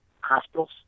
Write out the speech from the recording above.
hospitals